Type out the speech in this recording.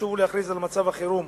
לשוב ולהכריז על מצב החירום